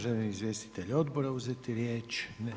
Želi li izvjestitelj odbora uzeti riječ?